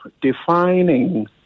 defining